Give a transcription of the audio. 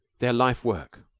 their life-work,